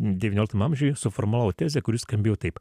devynioliktam amžiuje suformulavo tezę kuri skambėjo taip